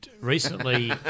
recently